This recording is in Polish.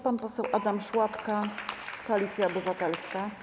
Pan poseł Adam Szłapka, Koalicja Obywatelska.